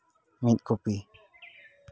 ᱢᱤᱫ ᱠᱚᱯᱤ